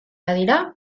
badira